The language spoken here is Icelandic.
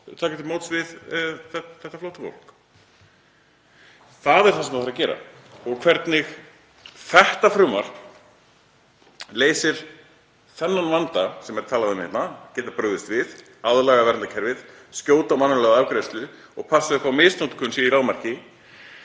að taka á móti þessu flóttafólki. Það er það sem þarf að gera og hvernig þetta frumvarp leysir þennan vanda sem er talað um hérna, að geta brugðist við, aðlaga verndarkerfið, skjóta og mannúðlega afgreiðslu og passa upp á misnotkun sé í lágmarki